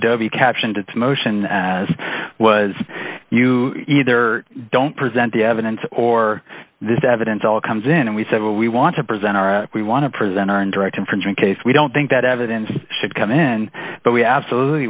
e captioned its motion as was you either don't present the evidence or this evidence all comes in and we said well we want to present our we want to present our indirect infringement case we don't think that evidence should come in but we absolutely